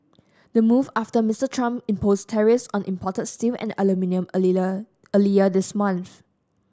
the move after Mister Trump imposed tariffs on imported steel and aluminium earlier this month